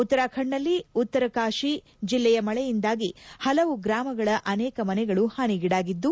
ಉತ್ತರಾಖಂಡ್ ನಲ್ಲಿ ಉತ್ತರ ಕಾಶಿ ಜಿಲ್ಲೆಯ ಮಳೆಯಿಂದಾಗಿ ಹಲವು ಗ್ರಾಮಗಳ ಅನೇಕ ಮನೆಗಳು ಹಾನಿಗೀಡಾಗಿದ್ದು